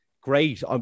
great